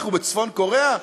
אנחנו בצפון-קוריאה?